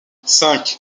cinq